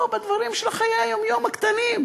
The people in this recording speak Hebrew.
פה, בדברים של חיי היום-יום הקטנים.